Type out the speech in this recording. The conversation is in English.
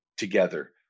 together